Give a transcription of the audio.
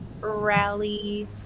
rally